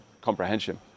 comprehension